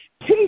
Teach